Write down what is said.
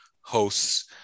hosts